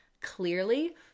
clearly